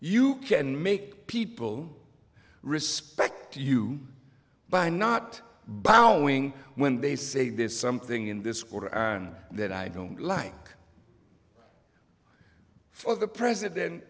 you can make people respect you by not bowing when they say there's something in this that i don't like for the president